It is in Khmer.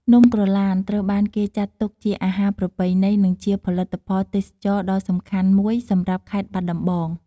នំក្រឡានត្រូវបានគេចាត់ទុកជាអាហារប្រពៃណី និងជាផលិតផលទេសចរណ៍ដ៏សំខាន់មួយសម្រាប់ខេត្តបាត់ដំបង។